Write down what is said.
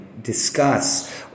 discuss